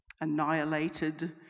annihilated